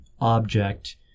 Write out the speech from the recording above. object